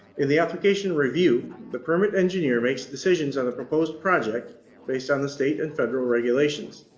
in the application review, the permit engineer makes decisions on the proposed project based on the state and federal regulations.